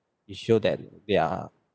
it show that they are